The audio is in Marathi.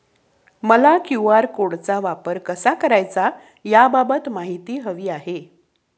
मला क्यू.आर कोडचा वापर कसा करायचा याबाबत माहिती हवी आहे